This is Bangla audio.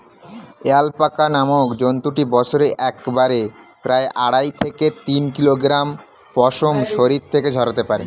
অ্যালপাকা নামক জন্তুটি বছরে একবারে প্রায় আড়াই থেকে তিন কিলোগ্রাম পশম শরীর থেকে ঝরাতে পারে